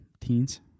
teens